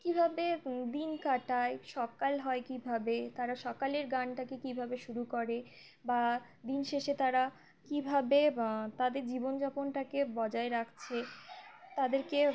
কীভাবে দিন কাটায় সকাল হয় কীভাবে তারা সকালের গানটাকে কীভাবে শুরু করে বা দিন শেষে তারা কীভাবে তাদের জীবনযাপনটাকে বজায় রাখছে তাদেরকে